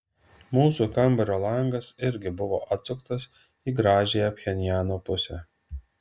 mūsų kambario langas irgi buvo atsuktas į gražiąją pchenjano pusę